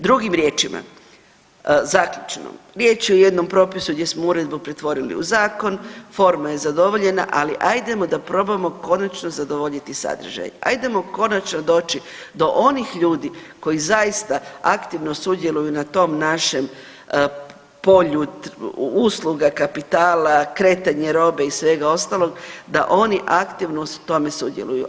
Drugim riječima, zaključno, riječ je o jednom propisu gdje smo uredbu pretvorili u zakon, forma je zadovoljena, ali ajdemo da probamo konačno zadovoljiti sadržaj, ajdemo konačno doći do onih ljudi koji zaista aktivno sudjeluju na tom našem polju usluga kapitala, kretanje robe i svega ostalog da oni aktivno u tome sudjeluju.